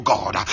God